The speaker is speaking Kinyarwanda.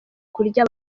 kurya